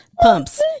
pumps